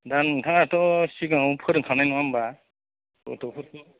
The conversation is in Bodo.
दा नोंथाङाथ' सिगाङावनो फोरोंखांनाय नङा होमबा गथ'फोरखौ